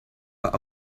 but